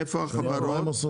איפה החברות?